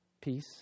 Peace